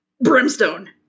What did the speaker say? Brimstone